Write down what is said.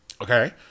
Okay